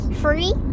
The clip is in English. Free